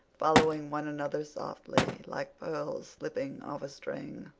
following one another softly, like pearls slipping off a string.